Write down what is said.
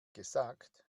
gesagt